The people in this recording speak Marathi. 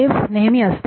वेव्ह नेहमी असते